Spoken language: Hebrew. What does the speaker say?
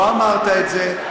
לא אמרת את זה.